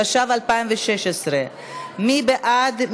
התשע"ו 2016. מי בעד?